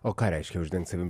o ką reiškia uždengt savim